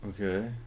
Okay